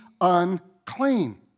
unclean